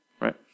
Right